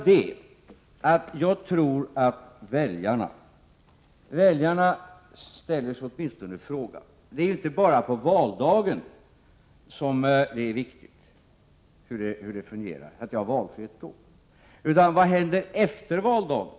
Men jag tror att väljarna ställer sig vissa frågor. Det är ju inte bara på valdagen som det är viktigt att ha valfrihet. Vad händer efter valdagen?